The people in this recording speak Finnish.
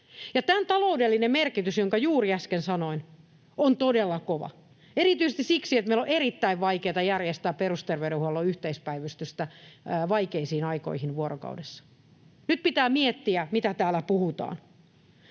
Tämän taloudellinen merkitys, jonka juuri äsken sanoin, on todella kova erityisesti siksi, että meidän on erittäin vaikeata järjestää perusterveydenhuollon yhteispäivystystä vaikeisiin aikoihin vuorokaudessa. Nyt pitää miettiä, mitä täällä puhutaan.